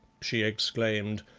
she exclaimed.